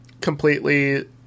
completely